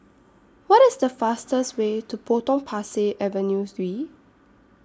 What IS The fastest Way to Potong Pasir Avenue three